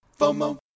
FOMO